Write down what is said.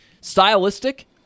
stylistic